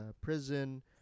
prison